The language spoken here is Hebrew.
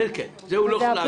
את זה הוא לא יכול להעביר לך.